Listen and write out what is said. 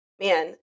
Man